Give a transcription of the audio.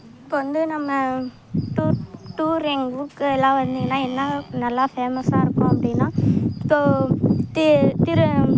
இப்போது வந்து நம்ம டூர் டூர் எங்கள் ஊருக்கெலாம் வந்தீங்கனா என்ன நல்லா ஃபேமஸ்ஸாக இருக்கும் அப்படீன்னா தோ திரு